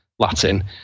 Latin